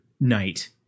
night